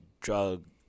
drug